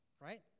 right